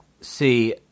See